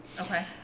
Okay